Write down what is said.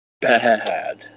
bad